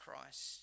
Christ